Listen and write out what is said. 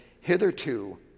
Hitherto